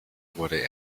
wurde